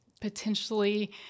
potentially